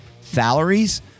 salaries